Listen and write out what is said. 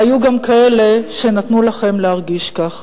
היו גם כאלה שנתנו לכם להרגיש כך.